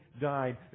died